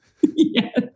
Yes